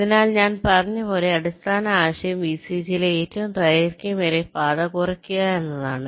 അതിനാൽ ഞാൻ പറഞ്ഞതുപോലെ അടിസ്ഥാന ആശയം വിസിജിയിലെ ഏറ്റവും ദൈർഘ്യമേറിയ പാത കുറയ്ക്കുക എന്നതാണ്